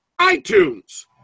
iTunes